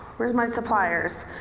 where's my suppliers?